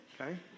Okay